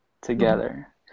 together